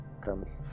comes